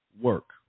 work